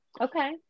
okay